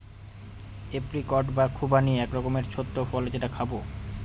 apricot বা খুবানি এক রকমের ছোট্ট ফল যেটা খাবো